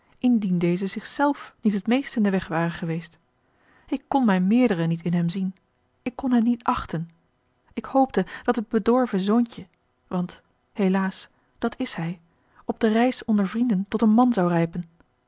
indien deze zich zelf niet het meest in den weg ware geweest ik kon mijn meerdere niet in hem zien ik kon hem niet achten ik hoopte dat het bedorven zoontje want helaas dat is hij op de reis onder vrienden tot een man zou rijpen